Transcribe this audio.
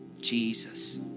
Jesus